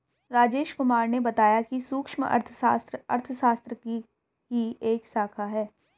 राजेश कुमार ने बताया कि सूक्ष्म अर्थशास्त्र अर्थशास्त्र की ही एक शाखा है